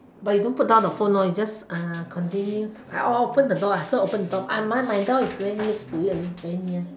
but you don't put down the phone lor you just uh continue or I open the door ah so open the door I my myself is very next to it very near